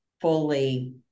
fully